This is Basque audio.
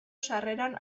sarreran